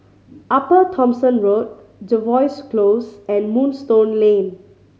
Upper Thomson Road Jervois Close and Moonstone Lane